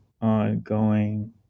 Ongoing